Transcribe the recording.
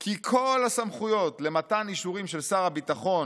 כי כל הסמכויות למתן אישורים של שר הביטחון